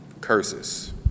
curses